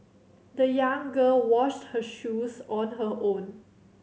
the young girl washed her shoes on her own